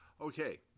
Okay